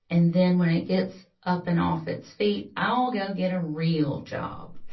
and then when it gets up and off its feet, i'll go get a real job.